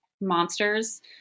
monsters